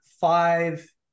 five